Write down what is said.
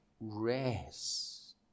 rest